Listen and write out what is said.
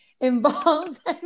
involved